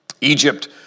Egypt